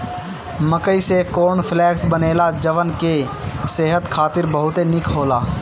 मकई से corn flakes बनेला जवन की सेहत खातिर बहुते निक होला